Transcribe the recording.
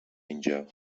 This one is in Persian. اینجا